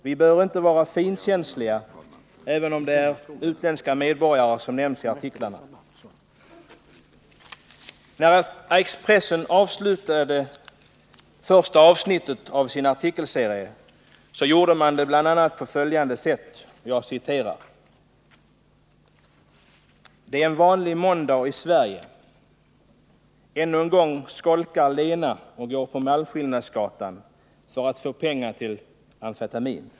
Vi bör inte vara finkänsliga, även om det är många utländska medborgare som nämns i artiklarna. När Expressen avslutade första avsnittet av sin artikelserie gjorde man det bl.a. på följande sätt: ”Det är en vanlig måndag i Sverige, ännu en gång skolkar Lena och går på Malmskillnadsgatan för att få pengar till amfetamin.